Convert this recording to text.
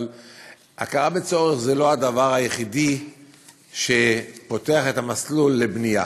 אבל הכרה בצורך זה לא הדבר היחיד שפותח את המסלול לבנייה.